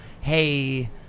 Hey